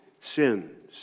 sins